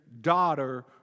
daughter